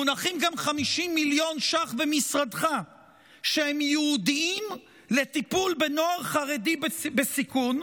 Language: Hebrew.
מונחים גם 50 מיליון ש"ח במשרדך שהם ייעודיים לטיפול בנוער חרדי בסיכון,